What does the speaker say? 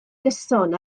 gyson